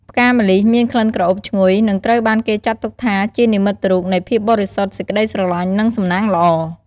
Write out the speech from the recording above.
ផ្កាម្លិះមានក្លិនក្រអូបឈ្ងុយ និងត្រូវបានគេចាត់ទុកថាជានិមិត្តរូបនៃ ភាពបរិសុទ្ធ សេចក្តីស្រឡាញ់ និង សំណាងល្អ។